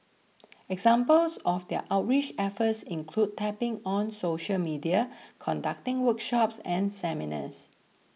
examples of their outreach efforts include tapping on social media conducting workshops and seminars